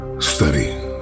Study